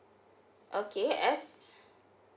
okay f